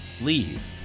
leave